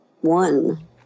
one